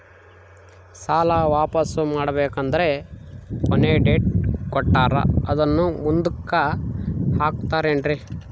ಸಾಲ ವಾಪಾಸ್ಸು ಮಾಡಬೇಕಂದರೆ ಕೊನಿ ಡೇಟ್ ಕೊಟ್ಟಾರ ಅದನ್ನು ಮುಂದುಕ್ಕ ಹಾಕುತ್ತಾರೇನ್ರಿ?